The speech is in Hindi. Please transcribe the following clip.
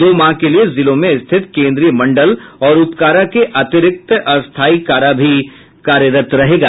दो माह के लिए जिलों में स्थित केंद्रीय मंडल और उपकारा के अतिरिक्त अस्थाई कारा भी कार्यरत रहेगा